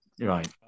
Right